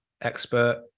expert